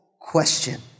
question